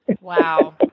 Wow